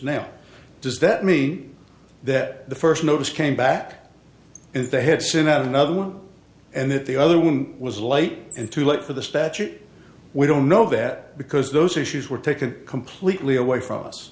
now does that mean that the first notice came back and they had sent out another one and that the other one was late and too late for the statute we don't know that because those issues were taken completely away from us